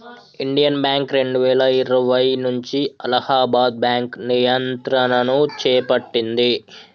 Indian Bank రెండువేల ఇరవై నుంచి అలహాబాద్ బ్యాంకు నియంత్రణను చేపట్టింది